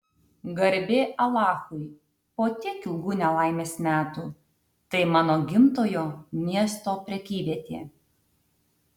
garbė alachui po tiek ilgų nelaimės metų tai mano gimtojo miesto prekyvietė